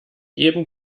jedem